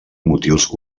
motius